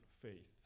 faith